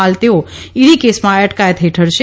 હાલ તેઓ ઈડી કેસમાં અટકાયત હેઠળ છે